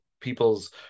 people's